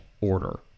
Order